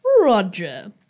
Roger